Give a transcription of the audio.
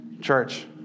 Church